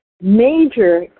major